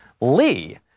Lee